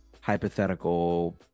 hypothetical